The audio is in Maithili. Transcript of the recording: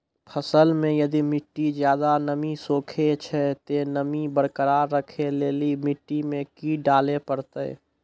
फसल मे यदि मिट्टी ज्यादा नमी सोखे छै ते नमी बरकरार रखे लेली मिट्टी मे की डाले परतै?